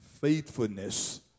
faithfulness